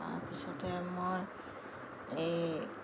তাৰপিছতে মই এই